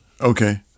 Okay